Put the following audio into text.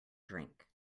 drink